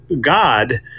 God